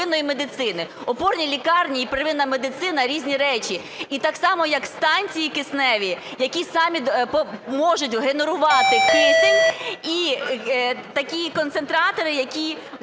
медицини. Опорні лікарні і первинна медицина – різні речі. І так само, як станції кисневі, які самі можуть генерувати кисень, і такі концентратори, які